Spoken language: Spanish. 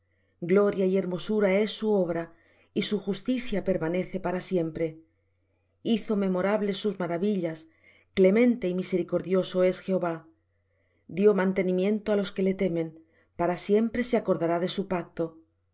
gloria y hermosura es su obra y su justicia permanece para siempre hizo memorables sus maravillas clemente y misericordioso es jehová dió mantenimiento á los que le temen para siempre se acordará de su pacto el